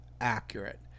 accurate